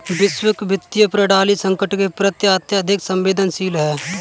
वैश्विक वित्तीय प्रणाली संकट के प्रति अत्यधिक संवेदनशील है